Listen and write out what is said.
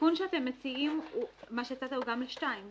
התיקון שאתם מציעים הוא גם ל-(2)?